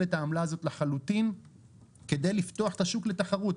את העמלה הזאת לחלוטין כדי לפתוח את השוק לתחרות.